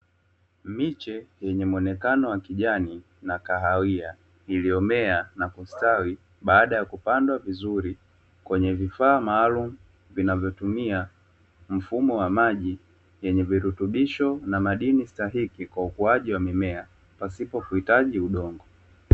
Miche yenye muonekano wa kijani na kahawia iliyomea, na kustawi baada ya kupandwa vizuri kwenye vifaa maalumu vinavyotumia mfumo wa maji wenye virutubisho na madini stahiki kwa ukuaji wa mimea pasipo kuhitaji udongo.